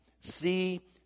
See